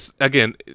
again